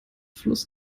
fluss